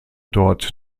dort